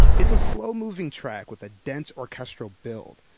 it's a slow-moving track with a dense orchestral build,